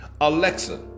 Alexa